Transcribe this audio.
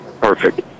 Perfect